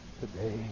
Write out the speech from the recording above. today